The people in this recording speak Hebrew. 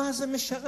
מה זה משרת?